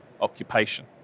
occupation